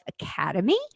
Academy